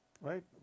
right